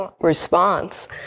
response